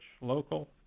local